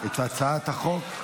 את הצעת החוק,